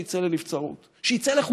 שיצא לנבצרות,